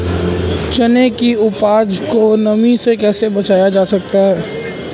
चने की उपज को नमी से कैसे बचाया जा सकता है?